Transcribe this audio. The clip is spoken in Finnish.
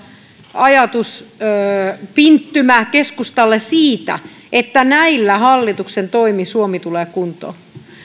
ajatuspinttymä keskustalle siitä että näillä hallituksen toimilla suomi tulee kuntoon